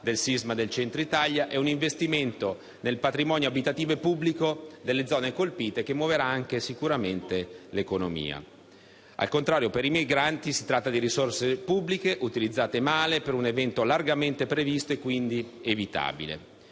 superstiti del sisma del centro Italia e un investimento nel patrimonio abitativo e pubblico delle zone colpite che muoverà sicuramente l'economia di quelle zone. Al contrario, per i migranti, si tratta di risorse pubbliche utilizzate male per un evento largamente previsto e quindi evitabile.